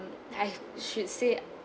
I should say